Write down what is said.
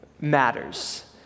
matters